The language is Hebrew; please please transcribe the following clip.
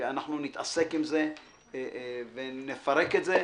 שאנחנו נתעסק עם זה ונפרק את זה,